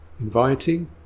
inviting